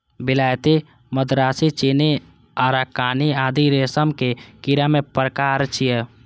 विलायती, मदरासी, चीनी, अराकानी आदि रेशम के कीड़ा के प्रकार छियै